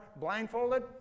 blindfolded